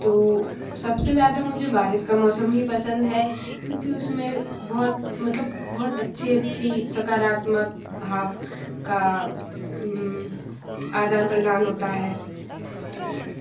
तो सबसे ज़्यादा मुझे बारिश का मौसम ही पसंद है क्योंकि उसमें बहुत मतलब बहुत अच्छे अच्छी सकारात्मक भाव का आदान प्रदान होता है इसीलिए